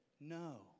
no